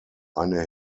eine